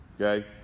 okay